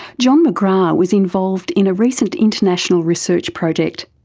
john mcgrath was involved in a recent international research project.